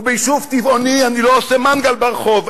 וביישוב טבעוני, אני לא עושה מנגל ברחוב.